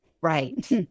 Right